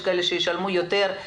יש כאלה שישלמו יותר.